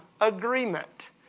agreement